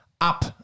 up